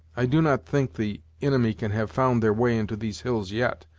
i do not think the inimy can have found their way into these hills yet,